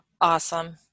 awesome